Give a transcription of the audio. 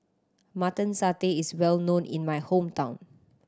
Mutton Satay is well known in my hometown